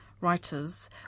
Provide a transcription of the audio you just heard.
writers